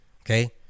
okay